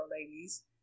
ladies